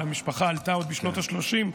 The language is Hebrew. אבל המשפחה עלתה עוד בשנות השלושים,